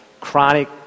chronic